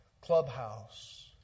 clubhouse